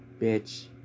bitch